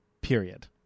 period